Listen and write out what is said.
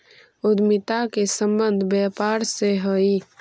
उद्यमिता के संबंध व्यापार से हई